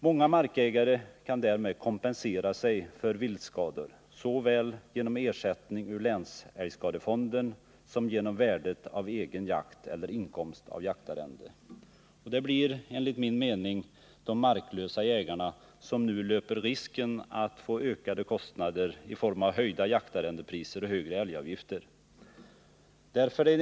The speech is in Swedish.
Många markägare kan därmed kompensera sig för viltskador såväl genom ersättning ur länsälgskadefonden som genom värdet av egen jakt eller inkomst av jaktarrende. Det blir enligt min mening de marklösa jägarna som nu löper risken att få ökade kostnader i form av höjda jaktarrendepriser och högre älgavgifter.